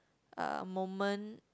uh moment